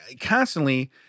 constantly